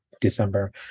December